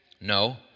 No